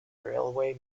railway